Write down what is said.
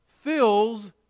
fills